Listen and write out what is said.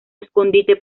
escondite